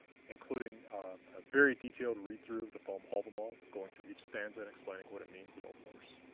including a very detailed read-through of the poem havamal, going through each stanza and explaining what it means in old norse.